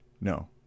no